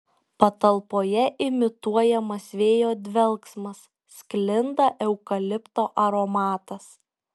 patalpoje imituojamas vėjo dvelksmas sklinda eukalipto aromatas